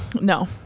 no